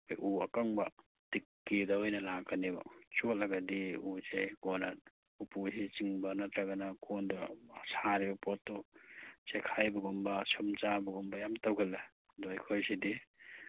ꯎ ꯑꯀꯪꯕ ꯇꯤꯛꯀꯤꯗ ꯑꯣꯏꯅ ꯂꯥꯛꯀꯅꯦꯕ ꯆꯣꯠꯂꯒꯗꯤ ꯎꯁꯦ ꯀꯣꯟꯅ ꯎꯄꯨꯁꯤ ꯆꯤꯡꯕ ꯅꯠꯇ꯭ꯔꯒꯅ ꯀꯣꯟꯗꯣ ꯁꯥꯔꯤꯕ ꯄꯣꯠꯇꯨ ꯆꯦꯈꯥꯏꯕꯒꯨꯝꯕ ꯁꯨꯝ ꯆꯥꯕꯒꯨꯝꯕ ꯌꯥꯝ ꯇꯧꯒꯜꯂꯦ ꯑꯗꯣ ꯑꯩꯈꯣꯏꯒꯤꯗꯤ